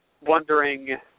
wondering